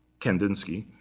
kandinsky.